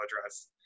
address